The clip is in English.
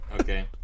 Okay